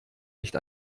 nicht